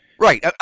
right